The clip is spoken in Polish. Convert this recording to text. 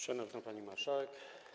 Szanowna Pani Marszałek!